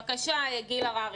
בבקשה, גיל הררי.